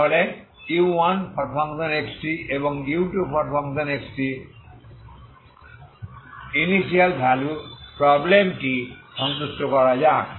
তাহলে u1xt এবং u2xt initial value প্রবলেমটি সন্তুষ্ট করা যাক